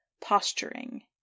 posturing